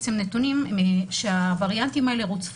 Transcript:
בדיון בסמכויות מיוחדות להתמודדות עם נגיף הקורונה החדש (הוראת שעה)